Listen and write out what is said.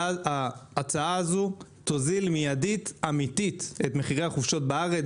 ההצעה הזו תוזיל מיידית אמיתית את מחירי החופשות בארץ,